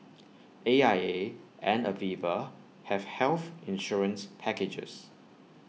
A I A and Aviva have health insurance packages